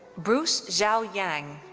bruce zhao yang.